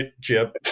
chip